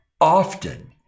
often